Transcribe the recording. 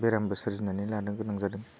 बेरामबो सोरजिनानै लानो गोनां जादों